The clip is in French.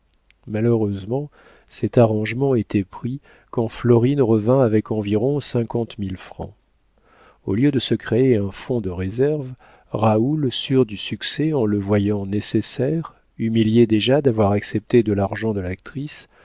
malheureusement cet arrangement était pris quand florine revint avec environ cinquante mille francs au lieu de se créer un fonds de réserve raoul sûr du succès en le voyant nécessaire humilié déjà d'avoir accepté de l'argent de l'actrice